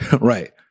Right